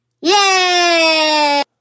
Yay